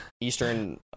Eastern